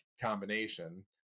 combination